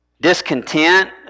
discontent